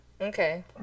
Okay